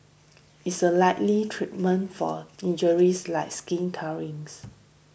is a likely treatment for injuries like skin